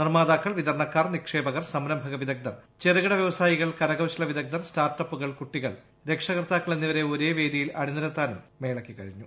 നിർമ്മാതാക്കൾ വിതരണക്കാർ നിക്ഷേപകർ സംരംഭക വിദഗ്ധർ ചെറുകിട വൃവസായികൾ കരകൌശല വിദഗ്ധർ സ്റ്റാർട്ടപ്പുകൾ കുട്ടികൾ രക്ഷകർത്താക്കൾ എന്നിവരെ ഒരേ വേദിയിൽ അണിനിരത്താനും മേളക്ക് കഴിഞ്ഞു